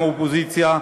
גם האופוזיציה,